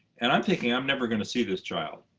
and i'm thinking, i'm never going to see this child.